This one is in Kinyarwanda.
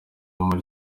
muri